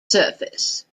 surface